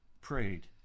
prayed